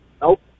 Nope